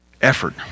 effort